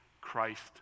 Christ